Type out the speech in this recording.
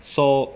so